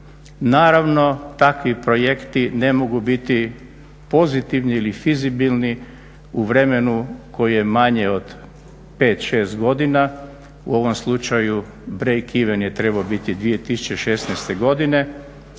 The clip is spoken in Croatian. Naravno takvi projekti ne mogu biti pozitivni ili fizibilni u vremenu koje je manje od pet, šest godina. U ovom slučaju brake-even je trebao biti 2016. godine.